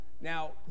Now